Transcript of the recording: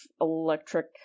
electric